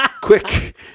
quick